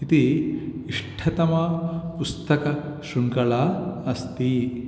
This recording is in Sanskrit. इति इष्टतमा पुस्तकशृङ्खला अस्ति